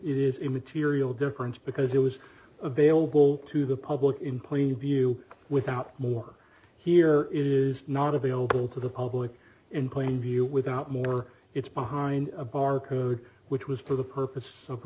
it is immaterial difference because it was available to the public in plain view without more here it is not available to the public in plain view without more it's behind a bar code which was for the purpose of